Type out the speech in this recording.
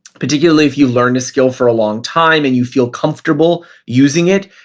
particularly if you learned a skill for a long time and you feel comfortable using it,